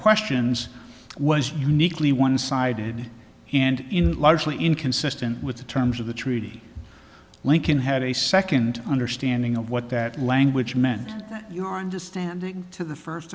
questions was uniquely one sided and in largely inconsistent with the terms of the treaty lincoln had a second understanding of what that language meant your understanding to the first